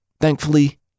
Thankfully